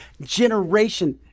generation